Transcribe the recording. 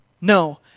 No